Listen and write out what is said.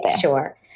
sure